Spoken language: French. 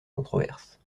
controverse